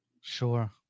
Sure